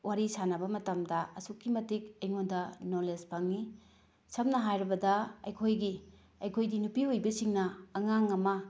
ꯋꯥꯔꯤ ꯁꯥꯟꯅꯕ ꯃꯇꯝꯗꯥ ꯑꯁꯨꯛꯀꯤ ꯃꯇꯤꯛ ꯑꯩꯉꯣꯟꯗ ꯅꯣꯂꯦꯖ ꯐꯪꯏ ꯁꯝꯅ ꯍꯥꯏꯔꯕꯗ ꯑꯩꯈꯣꯏꯒꯤ ꯑꯩꯈꯣꯏꯗꯤ ꯅꯨꯄꯤ ꯑꯣꯏꯕꯤꯁꯤꯡꯅ ꯑꯉꯥꯡ ꯑꯃ